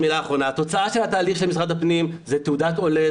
התוצאה של התהליך של משרד הפנים זה תעודת עולה,